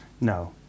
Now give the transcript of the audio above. No